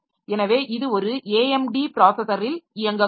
எனவே இது ஒரு AMD ப்ராஸஸரில் இயங்கக்கூடும்